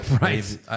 right